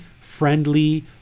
friendly